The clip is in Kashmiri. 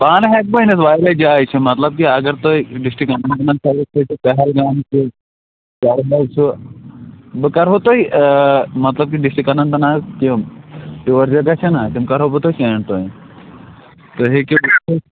پانہٕ ہٮ۪کہٕ بہٕ ؤنِتھ واریاہ جایہِ چھِ مطلب کہِ اگر تُہۍ ڈِسٹِرک اَننت ناگ پہلگام چھُ شالیمار چھُ بہٕ کَرہو تۄہہِ مطلب کہِ ڈِسٹرکن اننت ناگ تِم یور یور گژھٮ۪ن نا تِم کَرہو بہٕ تۄہہِ سینٛڈ تۅہہِ تُہۍ ہیٚکِو